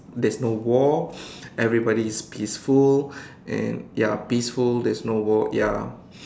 there's no war everybody's peaceful and ya peaceful there's no war ya